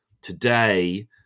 Today